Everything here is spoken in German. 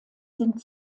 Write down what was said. sind